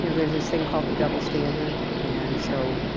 you know there's this thing called the double standard, and so,